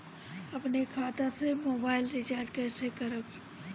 अपने खाता से मोबाइल रिचार्ज कैसे करब?